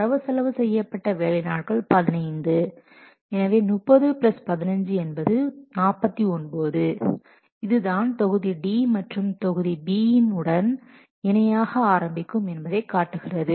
வரவு செலவு செய்யபட்ட வேலை நாட்கள் 15 எனவே 30 பிளஸ் 15 என்பது 49 இது தான் தொகுதி D மற்றும் அதன் B உடன் இணையாக ஆரம்பிக்கும் என்பதை காட்டுகிறது